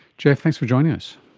jeff, thanks for joining us.